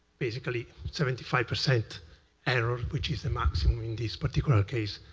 basically seventy five percent error, which is the maximum in this particular case.